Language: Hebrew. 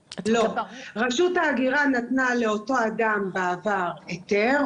רשות ההגירה נתנה לאותו אדם בעבר היתר,